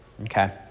Okay